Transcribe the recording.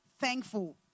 thankful